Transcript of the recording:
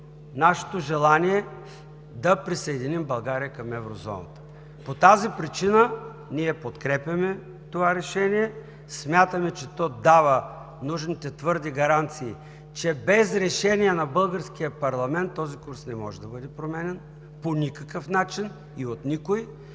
нашето желание да присъединим България към Еврозоната. По тази причина ние подкрепяме това решение, смятаме, че то дава нужните твърди гаранции, че без решение на българския парламент този курс не може да бъде променян по никакъв начин и от никого.